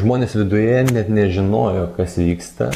žmonės viduje net nežinojo kas vyksta